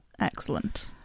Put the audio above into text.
Excellent